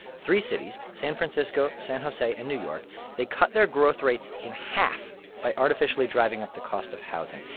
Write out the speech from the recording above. three cities san francisco, san jose and new york they cut their growth rates in half by artificially driving up the cost of housing.